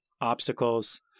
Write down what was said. obstacles